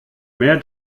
mehr